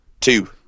Two